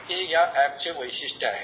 हे या अॅपचे वैशिष्ट्य आहे